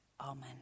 Amen